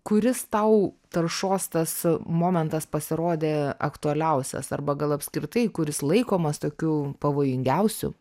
kuris tau taršos tas momentas pasirodė aktualiausias arba gal apskritai kuris laikomas tokiu pavojingiausiu